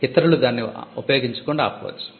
ఇతరులు దానిని ఉపయోగించకుండా ఆపవచ్చు